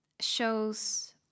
shows